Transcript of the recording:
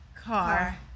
Car